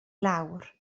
lawr